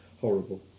horrible